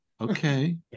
Okay